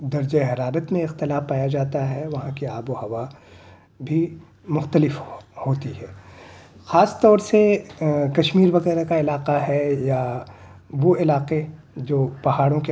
درجۂِ حرارت میں اختلاف پایا جاتا ہے وہاں کی آب و ہوا بھی مختلف ہو ہوتی ہے خاص طور سے کشمیر وغیرہ کا علاقہ ہے یا وہ علاقے جو پہاڑوں کے